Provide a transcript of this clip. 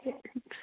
ठीक है